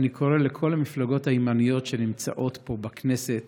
אני קורא לכל המפלגות הימניות שנמצאות פה בכנסת